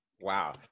Wow